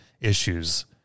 issues